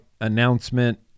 announcement